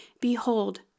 Behold